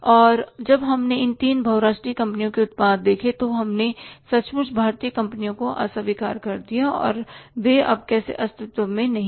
और जब हमने इन तीन बहुराष्ट्रीय कंपनियों के उत्पाद देखे तो हमने सचमुच भारतीय कंपनियों को अस्वीकार कर दिया और वे अब कैसे अस्तित्व में नहीं है